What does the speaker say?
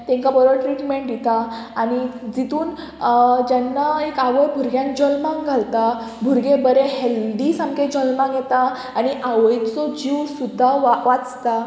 तांकां बरो ट्रिटमेंट दिता आनी तितून जेन्ना एक आवय भुरग्यांक जल्माक घालता भुरगे बरे हेल्दी सामकें जल्मांग येता आनी आवयचो जीव सुद्दां वा वाचता